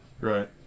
Right